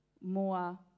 more